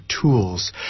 tools